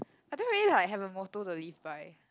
I don't really like have a motto to live by